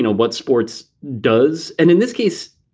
what sports does. and in this case,